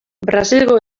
brasilgo